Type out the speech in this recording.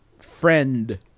friend